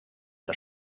der